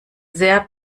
sehr